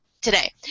today